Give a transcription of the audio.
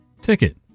Ticket